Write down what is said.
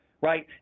Right